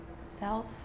Self